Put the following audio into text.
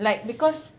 like because